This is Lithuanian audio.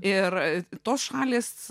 ir tos šalys